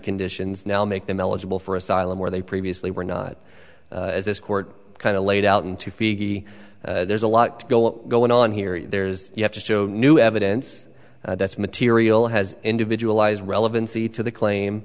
conditions now make them eligible for asylum where they previously were not as this court kind of laid out in two feet he there's a lot going on here there is you have to show new evidence that's material has individualized relevancy to the claim